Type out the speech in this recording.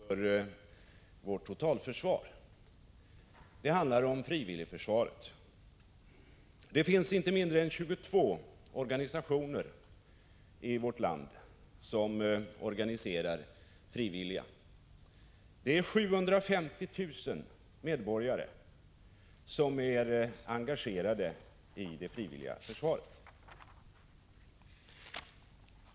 Herr talman! Detta ärende är viktigt för vårt totalförsvar. Det handlar om frivilligförsvaret. Det finns inte mindre än 22 organisationer i vårt land som organiserar frivilliga. Det är 750 000 medborgare som är engagerade i det frivilliga försvaret.